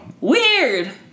Weird